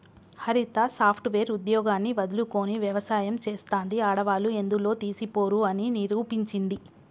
హరిత software ఉద్యోగాన్ని వదులుకొని వ్యవసాయం చెస్తాంది, ఆడవాళ్లు ఎందులో తీసిపోరు అని నిరూపించింది